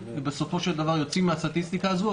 בסופו של דבר יוצאים מן הסטטיסטיקה הזו,